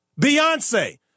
Beyonce